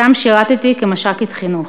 שם שירתי כמש"קית חינוך.